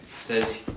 says